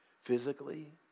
physically